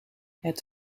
het